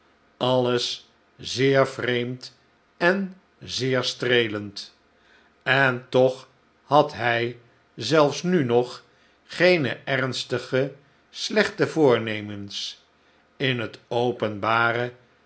alles zeer vreemd en zeer streelend en toch had hij zelf nu nog geene ernstige slechte voornemens in het openbare